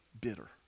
bitter